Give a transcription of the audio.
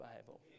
Bible